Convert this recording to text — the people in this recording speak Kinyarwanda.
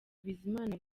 bizimana